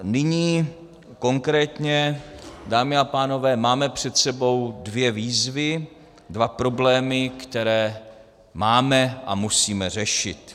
Nyní konkrétně, dámy a pánové, máme před sebou dvě výzvy, dva problémy, které máme a musíme řešit.